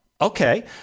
Okay